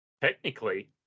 Technically